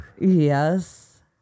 Yes